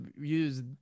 use